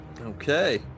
Okay